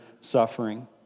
suffering